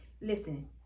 Listen